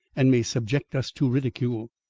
and may subject us to ridicule.